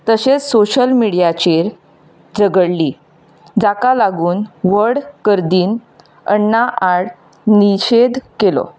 तशेंच सोशियल मिडियाचेर झगडली जाका लागून व्हड गर्दींत अण्णा आड निषेद केलो